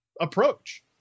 approach